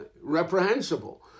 reprehensible